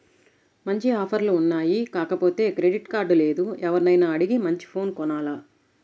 మంచి ఆఫర్లు ఉన్నాయి కాకపోతే క్రెడిట్ కార్డు లేదు, ఎవర్నైనా అడిగి మంచి ఫోను కొనాల